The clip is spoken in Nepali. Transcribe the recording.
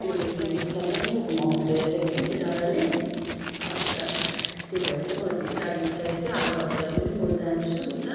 त्यो उयो दिनु होस् न राम्रो घुमाउनु हुँदो रहेछ कि त्यो दादाले अन्त त्यही भएर चाहिँ मलाई त्यही गाडी चाहिएको थियो अर्को हप्ता म जान्छु उता